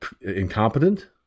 incompetent